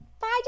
Bye